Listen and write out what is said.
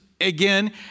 again